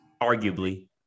arguably